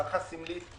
הארכה סמלית,